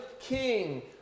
king